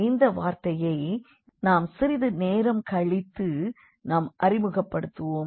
இந்த வார்த்தையை நாம் சிறிது நேரம் கழித்து நாம் அறிமுகப்படுத்துவோம்